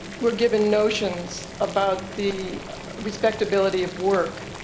we're given notions about the respectibility of work.